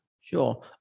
sure